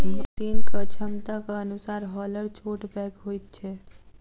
मशीनक क्षमताक अनुसार हौलर छोट पैघ होइत छै